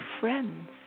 friends